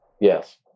Yes